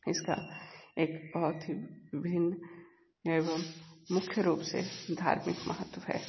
इसका एक बहुत ही भी एवं मुख्य रूप से धार्मिक महत्व है